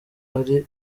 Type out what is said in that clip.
ari